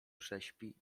prześpi